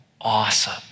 awesome